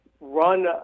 run